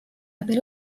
abil